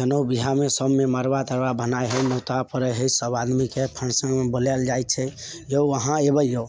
जनउ बिआहमे सबमे मड़बा तड़बा बनैत हय नोत आर पड़ैत हय सब आदमी के फंक्शनमे बोलाएल जाइत छै यौ अहाँ एबै यौ